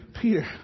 Peter